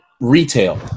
retail